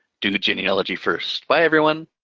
do genealogy first. bye everyone.